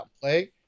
play